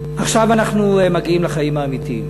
עכשיו אנחנו מגיעים לחיים האמיתיים.